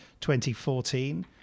2014